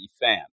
fan